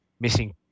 missing